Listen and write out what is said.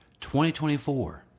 2024